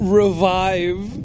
revive